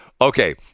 Okay